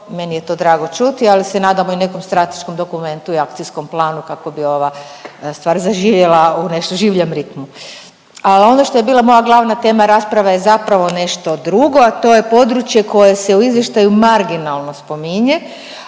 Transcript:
meni je to drago čuti, ali se nadamo i nekom strateškom dokumentu i akcijskom planu kako bi ova stvar zaživjela u nešto življem ritmu. A ono što je bila moja glavna tema rasprave je zapravo nešto drugo, a to je područje koje se u izvještaju marginalno spominje,